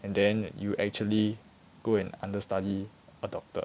and then you actually go and understudy a doctor